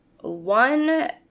one